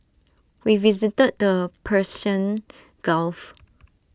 we visited the Persian gulf